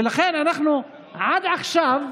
ולכן אנחנו עד עכשיו,